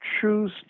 choose